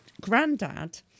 granddad